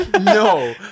No